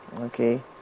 Okay